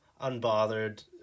unbothered